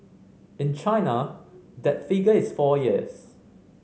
in China that figure is four years